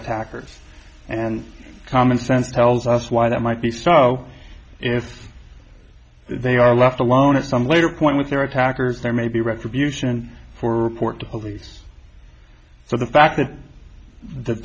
attackers and common sense tells us why that might be so if they are left alone at some later point with their attackers there may be retribution for report to police so the fact that the